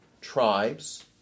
tribes